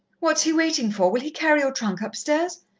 what's he waiting for? will he carry your trunk upstairs?